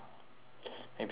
maybe next year